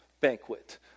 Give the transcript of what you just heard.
banquet